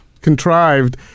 contrived